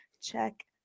check